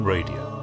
Radio